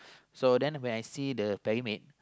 so then when I see the pyramid